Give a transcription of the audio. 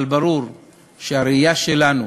אבל ברור שהראייה שלנו,